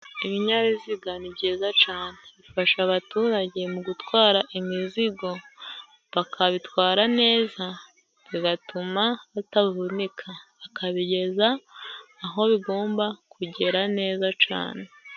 Ibinyabiziga ni byiza cane, bifasha abaturage mu gutwara imizigo, bakabitwara neza, bigatuma batavunika, bakabigeza aho bigomba kugera neza cane.